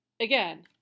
Again